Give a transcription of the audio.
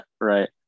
right